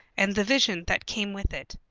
and the vision that came with it.